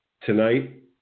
Tonight